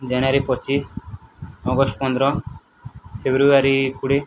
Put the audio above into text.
ଜାନୁଆରୀ ପଚିଶ ଅଗଷ୍ଟ ପନ୍ଦର ଫେବୃଆରୀ କୋଡ଼ିଏ